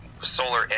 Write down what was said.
solar